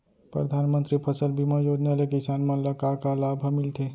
परधानमंतरी फसल बीमा योजना ले किसान मन ला का का लाभ ह मिलथे?